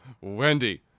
Wendy